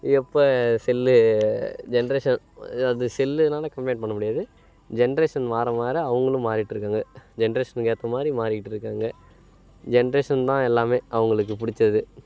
எப்போ செல்லு ஜென்ரேஷன் இது அது செல்லுனால் கம்ப்ளைண்ட் பண்ண முடியாது ஜென்ரேஷன் மாற மாற அவங்களும் மாறிட்டுருக்காங்க ஜென்ரேஷனுக்கு ஏற்ற மாதிரி மாறிட்டுருக்காங்க ஜென்ரேஷன் தான் எல்லாமே அவங்களுக்கு பிடிச்சது